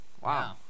Wow